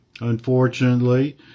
Unfortunately